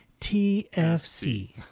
TFC